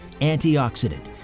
antioxidant